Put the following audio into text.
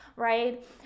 right